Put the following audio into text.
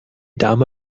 dame